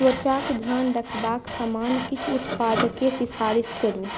त्वचाक ध्यान रखबाक समान किछु उत्पादकेँ सिफारिश करू